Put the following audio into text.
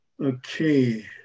Okay